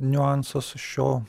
niuansas šio